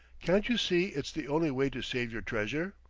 can't you see it's the only way to save your treasure?